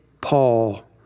Paul